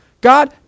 God